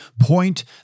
point